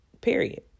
Period